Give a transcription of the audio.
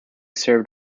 served